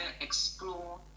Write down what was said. explore